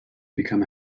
become